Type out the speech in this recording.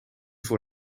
voor